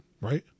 Right